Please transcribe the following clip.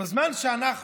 כשאנחנו